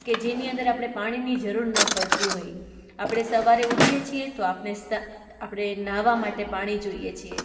કે જેની અંદર આપણે પાણીની જરૂર ન પડતી હોય આપણે સવારે ઊઠીએ છે તો આપણે આપણે નહાવા માટે પાણી જોઈએ છે